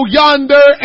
yonder